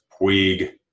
Puig